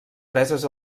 preses